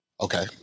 Okay